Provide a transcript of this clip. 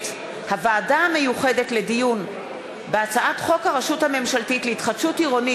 הוועדה המיוחדת לדיון בהצעת חוק הרשות הממשלתית להתחדשות עירונית